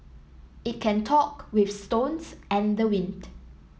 it can talk with stones and the wind